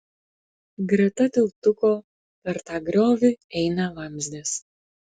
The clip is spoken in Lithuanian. greta tiltuko per tą griovį eina vamzdis